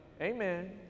Amen